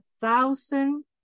thousand